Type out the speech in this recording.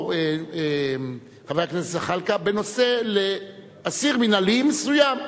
או חבר הכנסת זחאלקה, בנושא אסיר מינהלי מסוים.